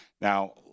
Now